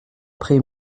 pris